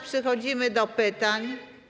Przechodzimy do pytań.